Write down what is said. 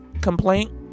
complaint